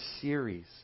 series